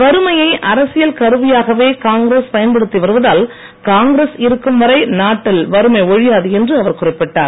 வறுமையை அரசியல் கருவியாகவே காங்கிரஸ் பயன்படுத்தி வருவதால் காங்கிரஸ் இருக்கும் வரை நாட்டில் வறுமை ஒழியாது என்று அவர் குறிப்பிட்டார்